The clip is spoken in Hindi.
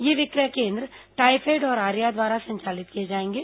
ये विक्रय केन्द्र ट्रायफेड और आर्या द्वारा संचालित किए जाएंगे